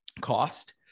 cost